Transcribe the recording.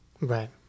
right